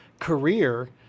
career